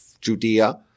Judea